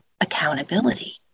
accountability